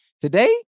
today